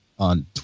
on